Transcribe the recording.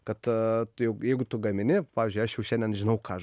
kad tu jau jeigu tu gamini pavyzdžiui aš jau šiandien žinau ką aš